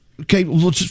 okay